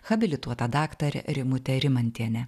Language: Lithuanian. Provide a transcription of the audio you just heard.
habilituota daktarė rimutė rimantienė